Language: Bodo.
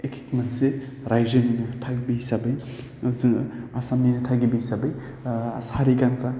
एक मोनसे रायजोनि थागिबि हिसाबै जोङो आसामनि थागिबि हिसाबै सारि गानग्रा